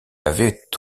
avait